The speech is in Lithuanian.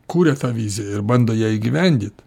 kūria tą viziją ir bando ją įgyvendint